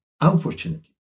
Unfortunately